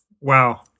Wow